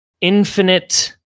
infinite